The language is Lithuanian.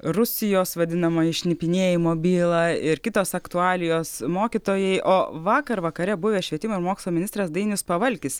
rusijos vadinamąją šnipinėjimo bylą ir kitos aktualijos mokytojai o vakar vakare buvęs švietimo ir mokslo ministras dainius pavalkis